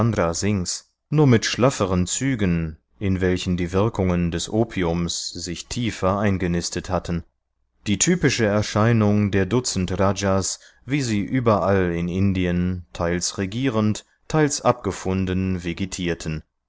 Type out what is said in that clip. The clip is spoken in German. nur mit schlafferen zügen in welchen die wirkungen des opiums sich tiefer eingenistet hatten die typische erscheinung der dutzend rajas wie sie überall in indien teils regierend teils abgefunden vegetierten